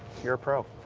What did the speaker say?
you're a pro.